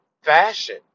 fashion